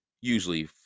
usually